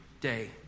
day